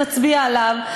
נצביע עליו,